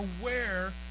aware